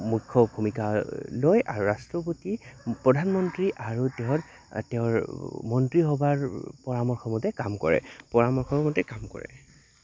মুখ্য ভূমিকা লয় আৰু ৰাষ্ট্ৰপতি প্ৰধানমন্ত্ৰী আৰু তেওঁ তেওঁৰ মন্ত্ৰীসভাৰ পৰামৰ্শমতে কাম কৰে পৰামৰ্শমতে কাম কৰে